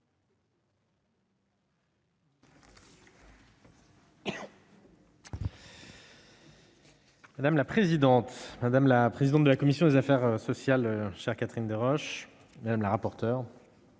Madame la présidente, madame la présidente de la commission des affaires sociales, chère Catherine Deroche, madame la rapporteure,